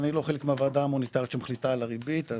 אני לא חלק מהוועדה המוניטרית שמחליטה על הריבית.